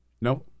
No